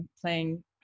playing